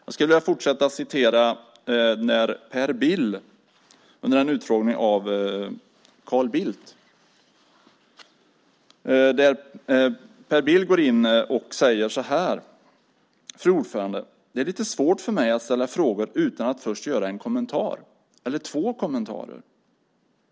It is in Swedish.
Jag ska fortsätta med att citera vad Per Bill sade under en utfrågning av Carl Bildt. Per Bill går in och säger: "Fru ordförande! Det är lite svårt för mig att ställa frågor utan att först göra en kommentar.